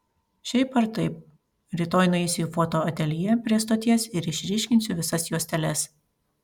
šiaip ar taip rytoj nueisiu į fotoateljė prie stoties ir išryškinsiu visas juosteles